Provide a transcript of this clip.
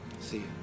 See